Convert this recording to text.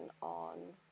on